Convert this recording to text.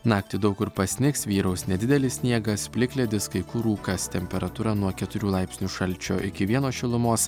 naktį daug kur pasnigs vyraus nedidelis sniegas plikledis kai kur rūkas temperatūra nuo keturių laipsnių šalčio iki vieno šilumos